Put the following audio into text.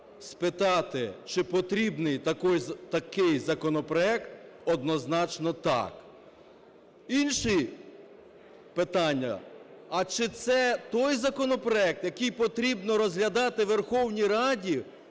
спитати чи потрібний такий законопроект, однозначно - так. Інше питання, а чи це той законопроект, який потрібно розглядати Верховній Раді